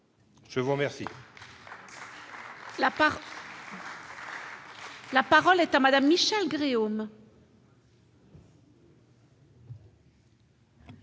je vous remercie